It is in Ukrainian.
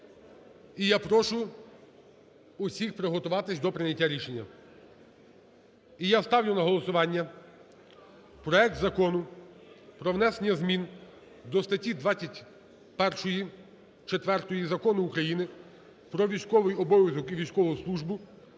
І я прошу усіх приготуватися до прийняття рішення. І я ставлю на голосування проект Закону про внесення змін до статті 21-4 Закону України "Про військовий обов'язок і військову службу"